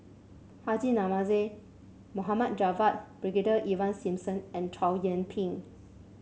Haji Namazie Mohd Javad Brigadier Ivan Simson and Chow Yian Ping